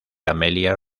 amelia